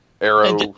Arrow